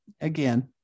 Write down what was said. again